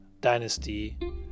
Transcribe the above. dynasty